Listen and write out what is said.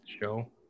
show